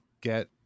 get